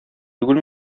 түгел